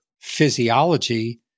physiology